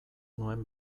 nuen